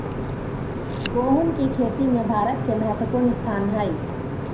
गोहुम की खेती में भारत के महत्वपूर्ण स्थान हई